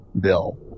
Bill